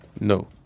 no